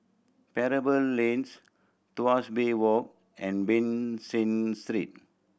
Pebble Lanes Tuas Bay Walk and Ban San Street